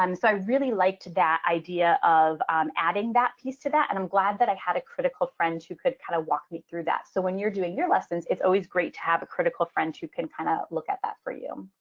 um so i really liked that idea of adding that piece to that. and i'm glad that i had a critical friend who could kind of walk me through that. so when you're doing your lessons, it's always great to have a critical friend who can kind of look at that for you.